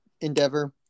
endeavor